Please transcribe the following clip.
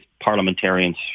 parliamentarians